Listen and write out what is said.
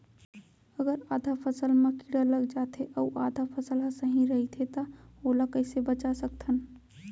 अगर आधा फसल म कीड़ा लग जाथे अऊ आधा फसल ह सही रइथे त ओला कइसे बचा सकथन?